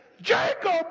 Jacob